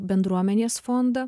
bendruomenės fondą